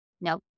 no